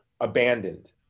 abandoned